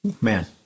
Man